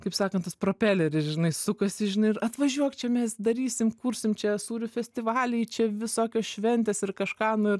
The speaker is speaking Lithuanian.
kaip sakant tas propeleris žinai sukasi žinai ir atvažiuok čia mes darysim kursim čia sūrių festivaliai čia visokios šventės ir kažką nu